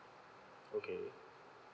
okay